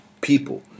people